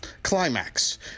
Climax